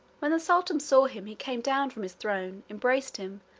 when the sultan saw him he came down from his throne, embraced him,